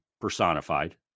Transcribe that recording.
personified